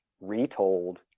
retold